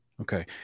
Okay